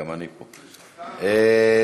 להעביר את הנושא לוועדת העלייה והקליטה נתקבלה.